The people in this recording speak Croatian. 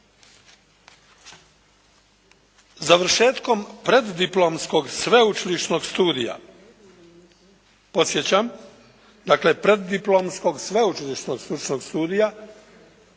Završetkom preddiplomskog sveučilišnog studija podsjećam, dakle preddiplomskog sveučilišnog stručnog